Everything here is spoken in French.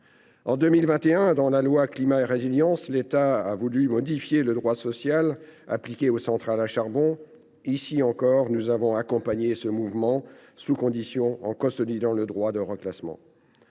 effets, dite loi Climat et Résilience, l’État a voulu modifier le droit social appliqué aux centrales à charbon. Ici encore, nous avons accompagné ce mouvement sous conditions, en consolidant le droit au reclassement.